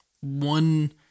one